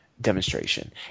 demonstration